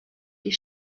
die